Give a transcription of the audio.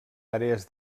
àrees